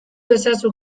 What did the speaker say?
ezazu